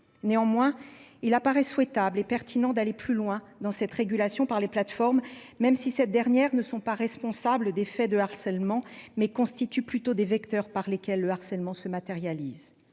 Néanmoins il apparaît souhaitable et pertinent d'aller plus loin dans cette régulation par les plateformes, même si cette dernière ne sont pas responsables des faits de harcèlement mais constitue plutôt des vecteurs par lesquels le harcèlement se matérialise.